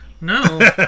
No